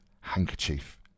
handkerchief